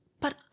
But